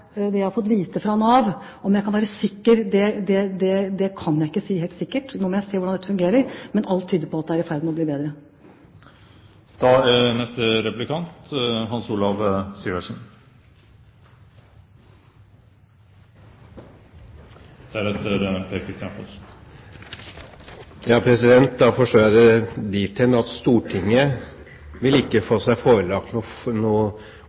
om jeg er sikker på at internkontrollen i Nav er bedre, ut fra det jeg har fått vite fra Nav. Det kan jeg ikke si helt sikkert. Nå må jeg se hvordan dette fungerer, men alt tyder på at det er i ferd med å bli bedre. Da forstår jeg det dit hen at Stortinget ikke vil